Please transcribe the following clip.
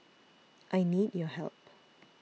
I need your help